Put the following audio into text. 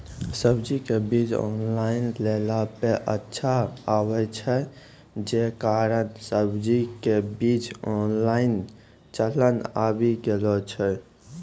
सब्जी के बीज ऑनलाइन लेला पे अच्छा आवे छै, जे कारण सब्जी के बीज ऑनलाइन चलन आवी गेलौ छै?